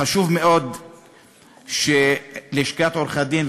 חשוב מאוד שלשכת עורכי-הדין,